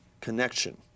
connection